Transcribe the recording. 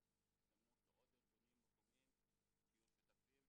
הזדמנות לעוד ארגונים מקומיים שיהיו שותפים,